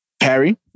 Harry